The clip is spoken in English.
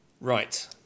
Right